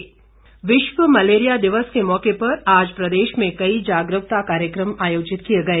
malaria विश्व malaria दिवस के मौके पर आज प्रदेश में कई जागरूकता कार्यक्रम आयोजित किए गए